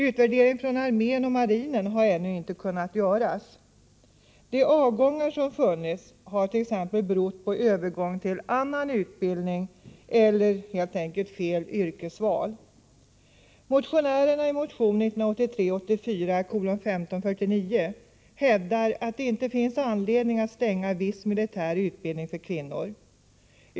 Utvärderingen från armén och marinen har ännu inte kunnat göras. De avgångar som skett har t.ex. berott på övergång till annan utbildning, eller helt enkelt på fel yrkesval. Motionärerna i motion 1983/84:1569 hävdar att det inte finns någon anledning att stänga ute kvinnor från viss militär utbildning.